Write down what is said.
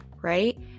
right